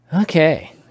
Okay